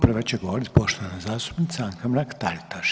Prva će govoriti poštovana zastupnica Anka Mrak Taritaš.